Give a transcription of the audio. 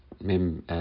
Mem